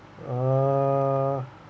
uh